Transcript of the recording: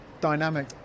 dynamic